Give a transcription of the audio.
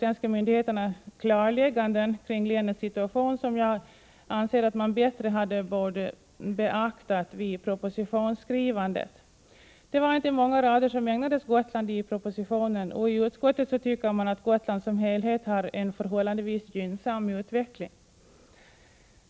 na klarlägganden kring länets situation, som jag anser att man bättre borde ha beaktat vid propositionsskrivandet. Det var inte många rader som ägnades Gotland i propositionen, och i utskottet tycker man att Gotland som helhet har en förhållandevis gynnsam utveckling.